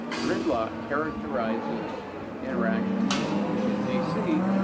gridlock characterizes interactions in washington, d c,